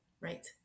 Right